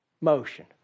motion